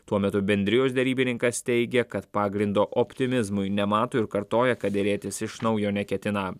tuo metu bendrijos derybininkas teigia kad pagrindo optimizmui nemato ir kartoja kad derėtis iš naujo neketina